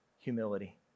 humility